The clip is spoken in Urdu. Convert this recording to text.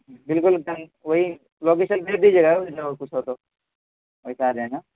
بالکل کہیں کوئی لوکیشن بھیج دیجیے گا ایسا کچھ ہوگا تو احتیاط رہنا